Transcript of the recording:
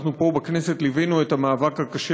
אנחנו פה בכנסת ליווינו את המאבק הקשה